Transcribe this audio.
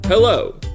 Hello